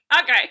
Okay